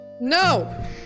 no